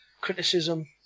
criticism